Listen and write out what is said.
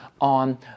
on